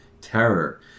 terror